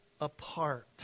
apart